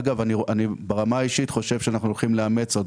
אגב, ברמה האישית אני חושב שאנחנו הולכים לאמץ.